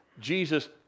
Jesus